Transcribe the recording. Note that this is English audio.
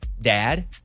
dad